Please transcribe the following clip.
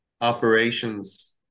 operations